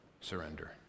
surrender